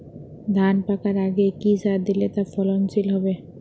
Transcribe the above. ধান পাকার আগে কি সার দিলে তা ফলনশীল হবে?